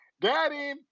Daddy